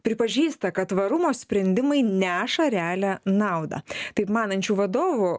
pripažįsta kad tvarumo sprendimai neša realią naudą taip manančių vadovų